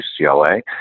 UCLA